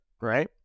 right